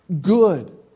good